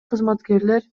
кызматкерлер